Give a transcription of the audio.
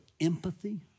empathy